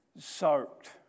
soaked